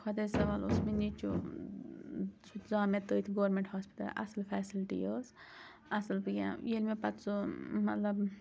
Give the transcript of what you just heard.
خۄدایس حوالہٕ اوس مےٚ نیچوٗ سُہ ژاو مےٚ تٔتھۍ گورمنٹ ہوسپَِٹل اَصٕل فیسلٹی ٲس اَصٕل بہٕ کینٛہہ ییٚلہِ مےٚ پَتہٕ سُہ مطلب